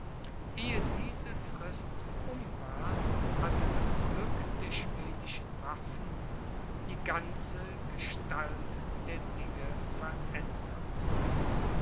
ehe diese frist um war hatte das glück der schwedischen waffen die ganze gestalt der dinge verändert